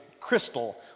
crystal